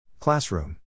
Classroom